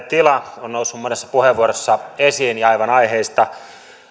tila on noussut monessa puheenvuorossa esiin ja aivan aiheesta